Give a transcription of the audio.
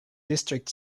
district